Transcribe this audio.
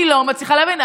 אני לא מצליחה להבין,